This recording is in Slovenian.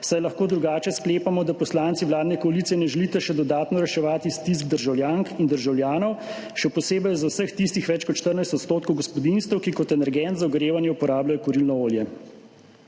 saj lahko drugače sklepamo, da poslanci vladne koalicije ne želite še dodatno reševati stisk državljank in državljanov, še posebej za vseh tistih več kot 14 % gospodinjstev, ki kot energent za ogrevanje uporabljajo kurilno olje.